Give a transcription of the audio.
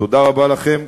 תודה רבה לכם.